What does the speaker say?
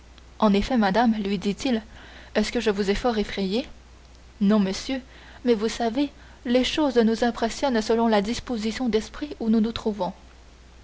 en vérité madame lui dit-il est-ce que je vous ai fort effrayée non monsieur mais vous savez les choses nous impressionnent selon la disposition d'esprit où nous nous trouvons